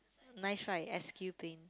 nice right S_Q plane